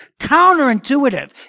counterintuitive